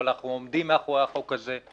אבל אנחנו עומדים מאחורי החוק הזה.